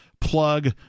plug